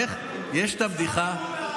לא שכר